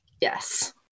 Yes